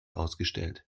ausgestellt